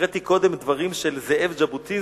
הקראתי קודם דברים של זאב ז'בוטינסקי,